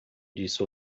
disse